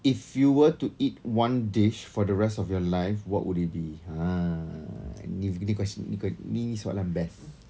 if were to eat one dish for the rest of your life what would it be ah ni ni quest~ ni ni soalan best